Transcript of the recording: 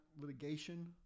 litigation